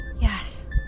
Yes